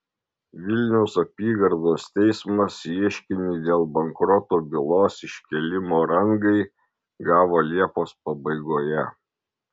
vilniaus apygardos teismas ieškinį dėl bankroto bylos iškėlimo rangai gavo liepos pabaigoje